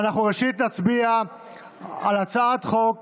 ראשית נצביע על הצעת חוק